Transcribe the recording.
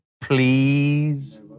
please